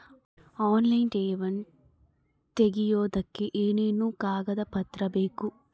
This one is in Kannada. ಆನ್ಲೈನ್ ಠೇವಣಿ ತೆಗಿಯೋದಕ್ಕೆ ಏನೇನು ಕಾಗದಪತ್ರ ಬೇಕು?